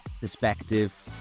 perspective